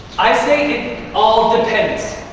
i say it all depends.